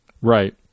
Right